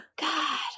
God